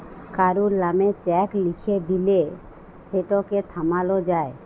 কারুর লামে চ্যাক লিখে দিঁলে সেটকে থামালো যায়